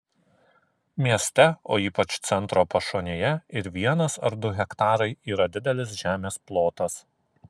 mieste o ypač centro pašonėje ir vienas ar du hektarai yra didelis žemės plotas